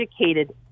educated